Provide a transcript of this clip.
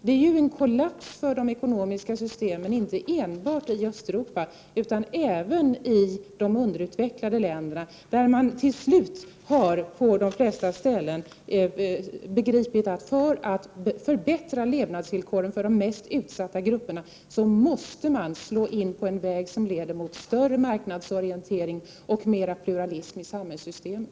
Det är en kollaps för de ekonomiska systemen, inte enbart i Östeuropa utan även i de underutvecklade länderna, där man på de flesta ställen till slut har begripit att man, för att förbättra levnadsvillkoren för de mest utsatta grupperna, måste slå in på en väg som leder mot större marknadsorientering och mera pluralism i samhällssystemet.